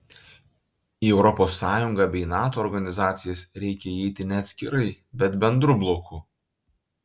į europos sąjungą bei nato organizacijas reikia įeiti ne atskirai bet bendru bloku